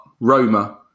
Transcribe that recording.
Roma